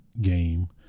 game